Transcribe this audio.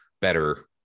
better